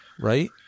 right